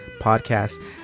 Podcast